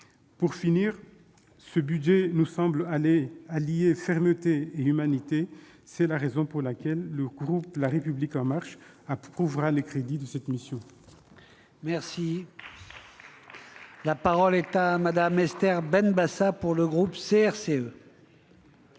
Pour finir, ce budget nous semble allier fermeté et humanité. C'est la raison pour laquelle le groupe La République En Marche approuvera les crédits de cette mission. La parole est à Mme Esther Benbassa. Monsieur le